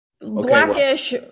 blackish